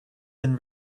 been